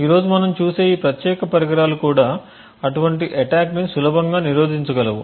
ఈ రోజు మనం చూసే ఈ ప్రత్యేక పరికరాలు కూడా అటువంటి అటాక్ ని సులభంగా నిరోధించగలవు